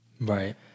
Right